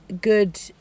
good